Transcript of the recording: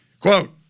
Quote